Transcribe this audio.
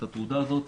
את התעודה הזאת,